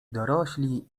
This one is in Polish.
dorośli